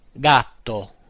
gatto